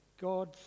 God